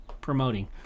promoting